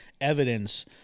evidence